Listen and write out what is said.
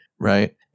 right